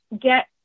get